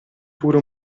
pure